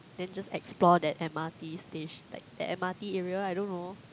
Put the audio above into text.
then just explore that M_R_T stat~ like the M_R_T area I don't know